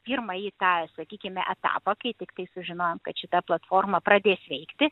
pirmąjį tą sakykime etapą kai tiktai sužinojom kad šita platforma pradės veikti